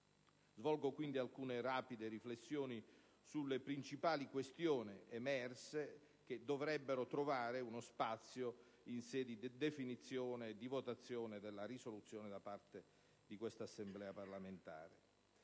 Svolgo, quindi, alcune rapide riflessioni sulle principali questioni emerse che dovrebbero trovare uno spazio in sede di definizione e di votazione della risoluzione da parte di questa Assemblea parlamentare.